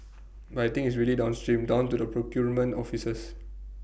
but I think it's really downstream down to the procurement offices